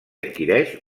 adquireix